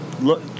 Look